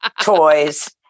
toys